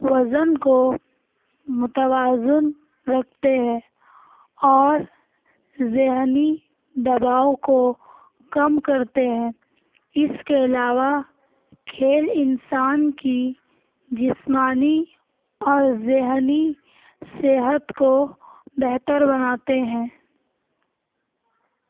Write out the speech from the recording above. وزن کو متوازن رکھتے ہے اور ذہنی دباؤ کو کم کرتے ہیں اس کے علاوہ کھیل انسان کی جسمانی اور ذہنی صحت کو بہتر بناتے ہیں